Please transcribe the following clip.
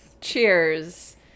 Cheers